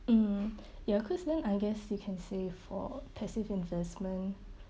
mm ya cause then I guess you can say for passive investment